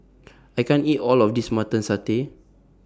I can't eat All of This Mutton Satay